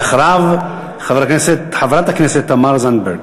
ואחריו, חברת הכנסת תמר זנדברג.